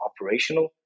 operational